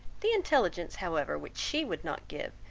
the intelligence however, which she would not give,